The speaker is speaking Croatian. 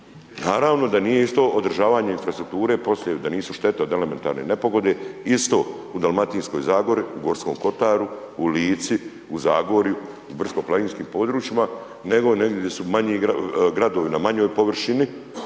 naravno da nije isto održavanje infrastrukture poslije, da nisu štete od elementarne nepogode isto u dalmatinskoj zagori, u Gorskom kotaru, u Lici, u Zagorju i brdsko-planinskim područjima nego negdje di su manji gradovi na manjoj površini